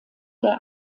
der